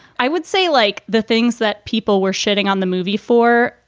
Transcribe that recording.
i would say like the things that people were shitting on the movie for,